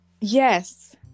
yes